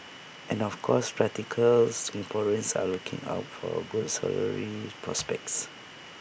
and of course practical Singaporeans are looking out for good salary prospects